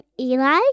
Eli